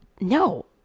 no